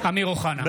אמיר אוחנה,